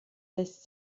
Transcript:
lässt